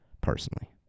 personally